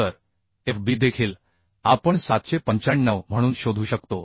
तर F B देखील आपण 795 म्हणून शोधू शकतो